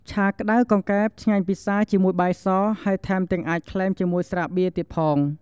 ឆាក្ដៅកង្កែប ឆ្ងាញ់ពិសាជាមួយបាយស ហើយថែមទាំងអាចក្លែមជាមួយស្រាបៀរទៀតផង។